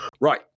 Right